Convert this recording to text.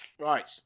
Right